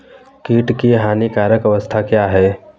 कीट की हानिकारक अवस्था क्या है?